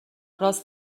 راس